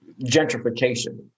gentrification